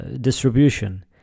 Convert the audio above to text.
distribution